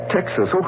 Texas